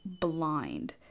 blind